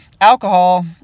alcohol